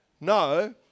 No